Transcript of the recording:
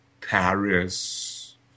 Paris